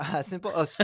simple